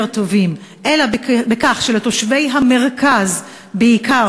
טובים אלא בכך שלתושבי המרכז בעיקר,